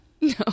No